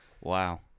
Wow